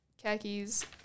khakis